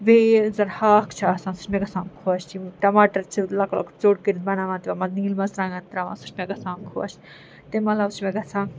بیٚیہِ یُس زَن ہاکھ چھُ آسان سُہ چھِ مےٚ گژھان خۄش یِم ٹَماٹَر چھِ لۅکٕٹۍ لۅکٕٹۍ ژیوٚٹ کٔرِتھ بَناوان تِمَن منٛز نیٖل مرژٕوانٛگَن ترٛاوان سُہ چھُ مےٚ گژھان خۄش تَمہِ علاوٕ چھِ مےٚ گژھان